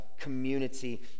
community